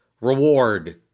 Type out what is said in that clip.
reward